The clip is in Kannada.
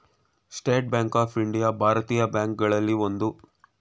ಸ್ಟೇಟ್ ಬ್ಯಾಂಕ್ ಆಫ್ ಇಂಡಿಯಾ ಭಾರತೀಯ ಬ್ಯಾಂಕ್ ಗಳಲ್ಲಿ ಒಂದು